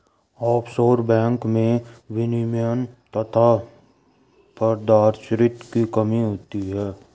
offshore बैंको में विनियमन तथा पारदर्शिता की कमी होती है